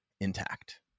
intact